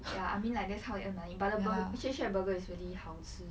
ya I mean like how it get money but the bur~ shake shack burger is really 好吃